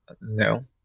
No